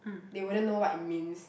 they wouldn't know what it means